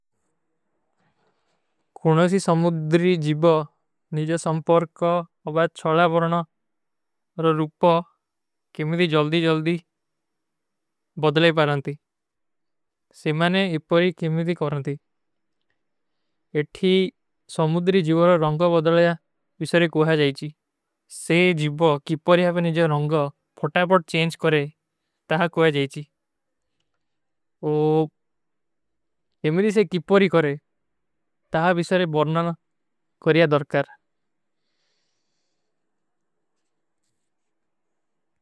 କୁଣୋଂ ସୀ ସମୁଦ୍ରୀ ଜିବା ନିଜା ସଂପର୍କା ଅବାଈଚ୍ଛଲା ପରନା ଔର ରୁପା କେମିଦୀ ଜଲ୍ଦୀ ଜଲ୍ଦୀ ବଦଲେ ପାରଂତୀ। ସେ ମାନେ ଇପରୀ କେମିଦୀ କରନତୀ। ଇଠୀ ସମୁଦ୍ରୀ ଜିବାରା ରଂଗା ବଦଲେ ଵିଶରେ କୋହା ଜାଈଚୀ। ସେ ଜିବା କିପରୀ ଅବାଈଚ୍ଛଲା ରଂଗା ଫୋଟା ପଡ ଚେଂଜ କରେ ତହାଂ କୋହା ଜାଈଚୀ। ଓ ଏମିଦୀ ସେ କିପରୀ କରେ ତହାଂ ଵିଶରେ ବରନା କରିଯା ଦର୍କାର।